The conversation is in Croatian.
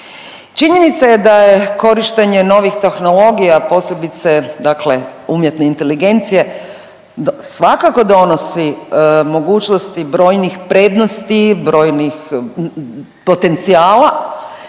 Činjenica je da je korištenje novih tehnologija, posebice umjetne inteligencije svakako donosi mogućnosti brojnih prednosti, brojnih potencijala,